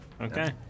Okay